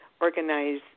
organize